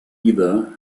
either